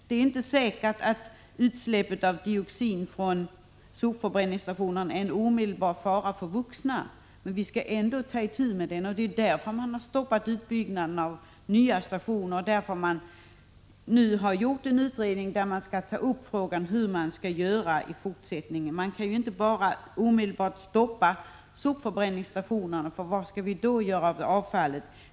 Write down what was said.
Det är inte säkert att utsläpp av dioxin från sopförbränningsstationer är en omedelbar fara för vuxna, men vi skall ändå ta itu med det. Det är därför man har stoppat utbyggnaden av nya stationer, och det är därför en utredning har tillsatts för att ta upp frågan om hur man skall göra i fortsättningen. Man kan ju inte omedelbart stoppa sopförbränningsstationerna, för var skall vi då göra av avfallet?